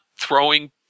throwing